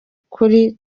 kuri